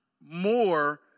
more